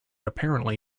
apparently